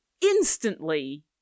instantly